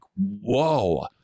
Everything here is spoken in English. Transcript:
whoa